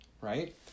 right